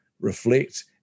reflect